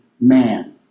man